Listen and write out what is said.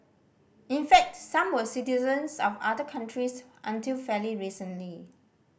in fact some were citizens of other countries until fairly recently